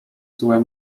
złe